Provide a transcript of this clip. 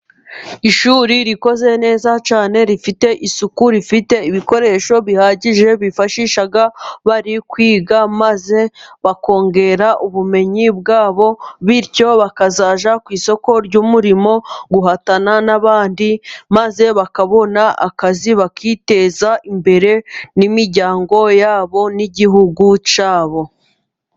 Ishuri rikoze neza cyane, rifite isuku, rifite ibikoresho bihagije byifashisha bari kwiga, maze bakongera ubumenyi bwabo bityo bakazajya ku isoko ry'umurimo guhatana n'abandi. Maze bakabona akazi bakiteza imbere n'imiryango yabo n'igihugu cyabo.